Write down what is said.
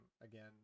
again